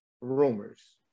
Rumors